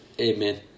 Amen